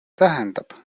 tähendab